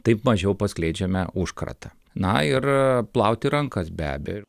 taip mažiau paskleidžiame užkratą na ir plauti rankas be abejo